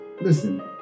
Listen